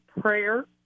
prayer